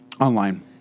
Online